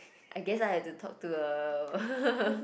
I guess I had to talk to a